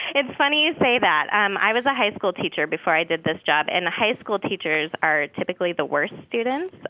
it's funny you say that. um i was a high school teacher before i did this job. and the high school teachers are typically the worst students